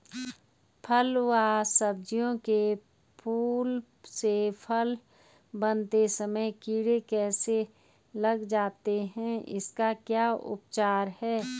फ़ल व सब्जियों के फूल से फल बनते समय कीड़े कैसे लग जाते हैं इसका क्या उपचार है?